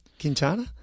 Quintana